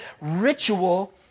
ritual